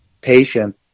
patient